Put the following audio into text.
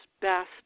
best